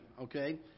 Okay